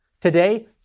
Today